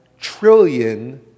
trillion